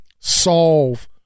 solve